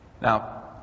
Now